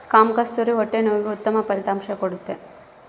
ಕಾಮಕಸ್ತೂರಿ ಹೊಟ್ಟೆ ನೋವಿಗೆ ಉತ್ತಮ ಫಲಿತಾಂಶ ಕೊಡ್ತಾದ